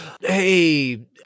Hey